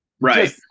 Right